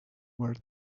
were